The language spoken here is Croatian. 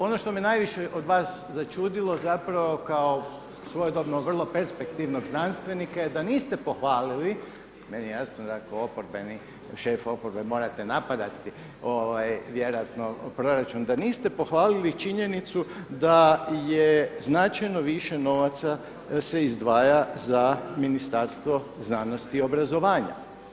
Ono što me najviše od vas začudilo zapravo kao svojedobno vrlo perspektivnog znanstvenika je da niste pohvalili, meni je jasno da kao oporbeni, šef oporbe morat napadati vjerojatno proračun, da niste pohvalili činjenicu da je značajno više novaca se izdvaja za Ministarstvo znanosti i obrazovanja.